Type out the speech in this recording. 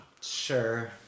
Sure